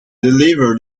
deliver